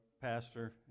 pastor